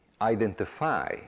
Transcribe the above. identify